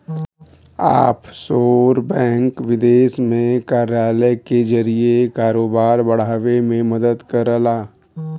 offshore bank विदेश में कार्यालय के जरिए कारोबार बढ़ावे में मदद करला